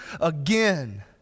again